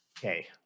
Okay